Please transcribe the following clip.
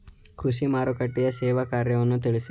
ಕೃಷಿ ಮಾರುಕಟ್ಟೆಯ ಸೇವಾ ಕಾರ್ಯವನ್ನು ತಿಳಿಸಿ?